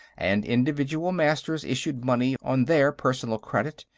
and individual masters issued money on their personal credit,